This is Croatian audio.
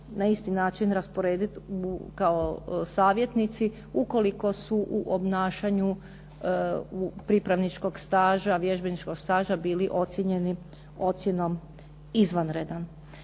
na isti način rasporediti kao savjetnici ukoliko su u obnašanju pripravničkog staža, vježbeničkog staža bili ocjenjeni ocjenom izvanredan.